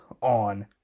On